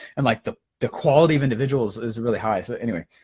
and like the the quality of individuals is really high. so anyway,